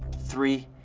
three,